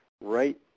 right